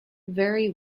very